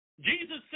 Jesus